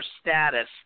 status